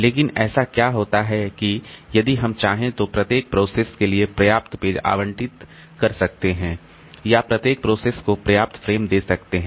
लेकिन ऐसा क्या होता है कि यदि हम चाहें तो प्रत्येक प्रोसेस के लिए पर्याप्त पेज आवंटित कर सकते हैं या प्रत्येक प्रोसेस को पर्याप्त फ्रेम दे सकते हैं